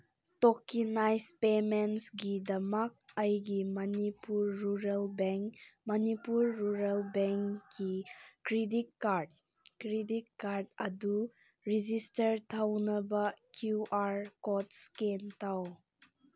tokenise ꯄꯦꯃꯦꯟꯁꯒꯤꯗꯃꯛ ꯑꯩꯒꯤ Manipur rural bank Manipur rural ꯕꯦꯡꯀꯤ ꯀ꯭ꯔꯤꯗꯤꯠ ꯀꯥꯔꯠ ꯀ꯭ꯔꯤꯗꯤꯠ ꯀꯥꯔꯠ ꯑꯗꯨ ꯔꯤꯖꯤꯁꯇꯔ ꯇꯧꯅꯕ ꯀ꯭ꯌꯨ ꯑꯥꯔ ꯀꯣꯠ ꯏꯁꯀꯦꯟ ꯇꯧ